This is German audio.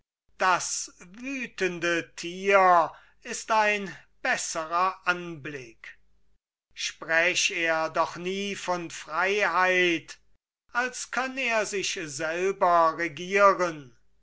das wütende tier ist ein besserer anblick sprech er doch nie von freiheit als könn er sich selber regieren